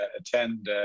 attend